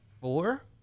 four